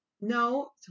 no